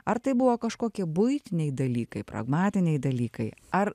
ar tai buvo kažkokie buitiniai dalykai pragmatiniai dalykai ar